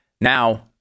Now